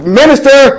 minister